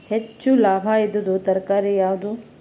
ಹೆಚ್ಚು ಲಾಭಾಯಿದುದು ತರಕಾರಿ ಯಾವಾದು?